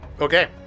Okay